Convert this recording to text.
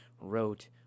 wrote